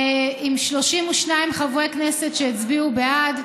עם 32 חברי כנסת שהצביעו בעד,